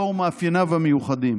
לאור מאפייניו המיוחדים.